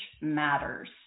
matters